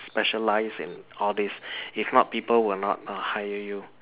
specialise in all these if not people will not hire you